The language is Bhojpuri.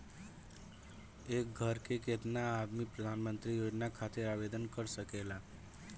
एक घर के केतना आदमी प्रधानमंत्री योजना खातिर आवेदन कर सकेला?